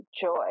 joy